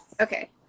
Okay